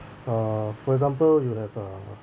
uh for example you have uh